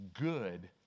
good